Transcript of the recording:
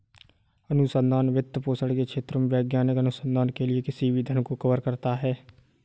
अनुसंधान वित्तपोषण के क्षेत्रों में वैज्ञानिक अनुसंधान के लिए किसी भी धन को कवर करता है